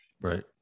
right